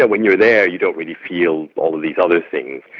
ah when you're there you don't really feel all of these other things.